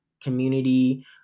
community